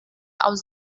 aus